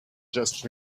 just